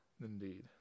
Indeed